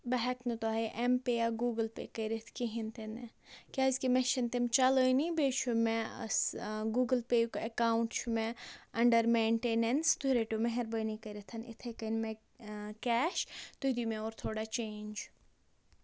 بہٕ ہٮ۪کہٕ نہٕ تۄہہِ ایم پے یا گوٗگُل پے کٔرِتھ کِہیٖنۍ تِنہٕ کیٛازِ کہِ مےٚ چھِنہٕ تِم چَلٲنِی بیٚیہِ چھُ مےٚ سہ گوٗگُل پے یُک اکاؤنٹ چھُ مےٚ اَنڈر مٮ۪نٹَنیٚنٕس تُہۍ رٔٹِو مہربٲنی کٔرِتھَن اِتھَے کَنہِ مےٚ کیش تُہۍ دِیِو مےٚ اورٕ تھوڑا چینج